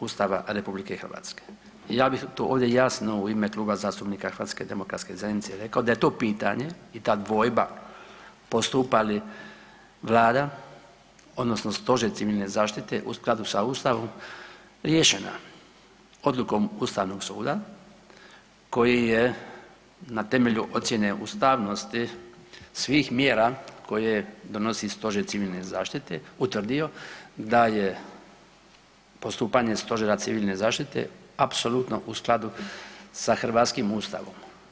Ustava RH. i ja bih to ovdje jasno u ime Kluba zastupnika HDZ-a rekao da je to pitanje i ta dvojba postupa li Vlada odnosno Stožer civilne zaštite u skladu sa Ustavom riješena odlukom Ustavnog suda koji je na temelju ocjene ustavnosti svih mjera koje donosi Stožer civilne zaštite utvrdio da je postupanje Stožera civilne zaštite apsolutno u skladu sa hrvatskim Ustavom.